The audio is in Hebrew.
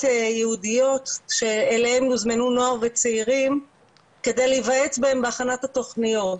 ייעודיות שאליהן הוזמנו נוער וצעירים כדי להיוועץ בהם בהכנת התוכניות,